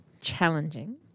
challenging